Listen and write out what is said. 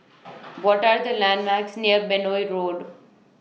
What Are The landmarks near Benoi Road